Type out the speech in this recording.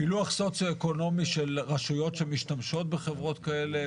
פילוח סוציואקונומי של רשויות שמשתמשות בחברות כאלה,